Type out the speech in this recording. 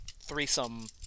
threesome